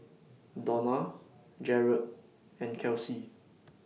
Dona Jaret and Kelsi